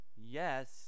yes